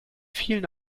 vielen